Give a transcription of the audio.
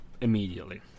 immediately